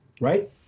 Right